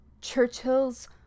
churchill's